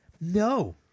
No